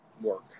work